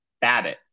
Babbitt